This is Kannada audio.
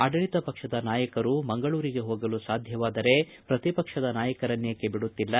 ಆಡಳಿತ ಪಕ್ಷದ ನಾಯಕರು ಮಂಗಳೂರಿಗೆ ಹೋಗಲು ಸಾಧ್ಯವಾದರೆ ಪ್ರತಿಪಕ್ಷದ ನಾಯಕರನ್ನೇಕೆ ಬಿಡುತ್ತಿಲ್ಲ